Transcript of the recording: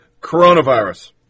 coronavirus